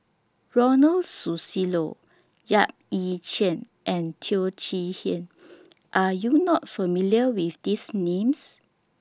Ronald Susilo Yap Ee Chian and Teo Chee Hean Are YOU not familiar with These Names